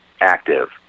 active